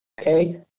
okay